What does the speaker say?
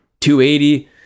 280